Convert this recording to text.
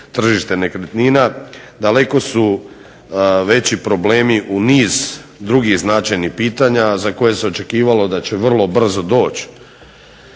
tržište nekretnina, daleko su veći problemi u niz drugih značajnih pitanja za koje se očekivalo da će vrlo brzo doći.